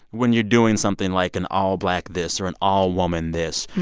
when you're doing something like an all-black this or an all-woman this,